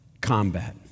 combat